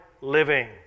living